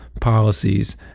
policies